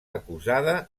acusada